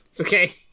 Okay